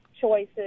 choices